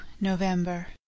November